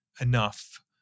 enough